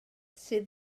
sydd